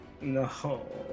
No